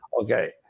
Okay